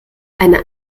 eine